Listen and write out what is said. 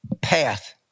path